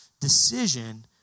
decision